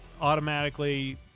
automatically